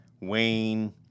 Wayne